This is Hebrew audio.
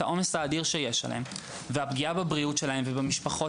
העומס האדיר שיש עליהם והפגיעה בבריאות שלהם ובמשפחות